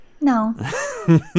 No